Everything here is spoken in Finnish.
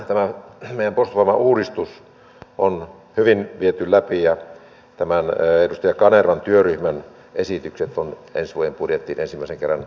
tämä meidän puolustusvoimauudistuksemme on hyvin viety läpi ja edustaja kanervan työryhmän esitykset on ensi vuoden budjettiin ensimmäisen kerran otettu